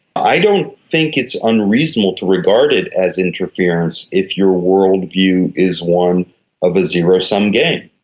i don't think it's unreasonable to regard it as interference if your world view is one of a zero-sum game.